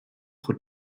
pro